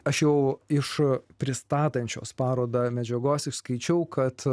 aš jau iš pristatančios parodą medžiagos išskaičiau kad